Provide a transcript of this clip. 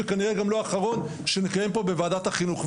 וכנראה גם לא האחרון שנקיים פה בוועדת החינוך.